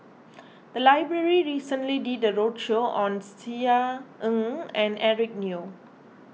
the library recently did a roadshow on Tisa Ng and Eric Neo